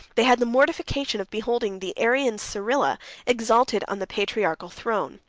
they had the mortification of beholding the arian cyrila exalted on the patriarchal throne.